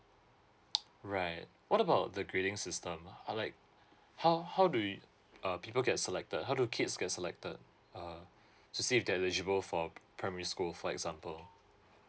right what about the grading system uh like how how do you uh people get selected how do kids get selected uh to see if they're eligible for primary school for example